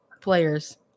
players